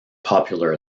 popular